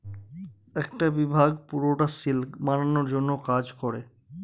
একটা বিভাগ পুরোটা সিল্ক বানানোর জন্য কাজ করে